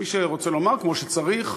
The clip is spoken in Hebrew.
מי שרוצה לומר, כמו שצריך,